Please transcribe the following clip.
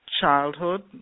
childhood